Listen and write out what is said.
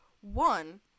one